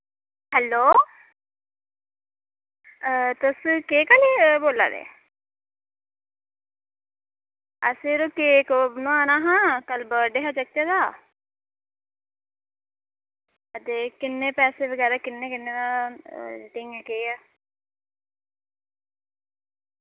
hello तुस cake आह्ले बोला दे असें यरो केक बनोआना हा कल बर्थडे हा जागतै दा ते किन्ने पैसे बगैरा किन्ने किन्ने दा केह् ऐ